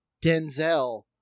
Denzel